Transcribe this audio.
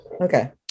Okay